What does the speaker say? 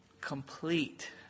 complete